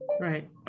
Right